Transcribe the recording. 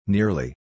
Nearly